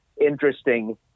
interesting